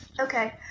Okay